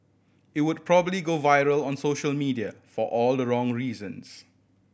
it would probably go viral on social media for all the wrong reasons